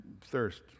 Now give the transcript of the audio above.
Thirst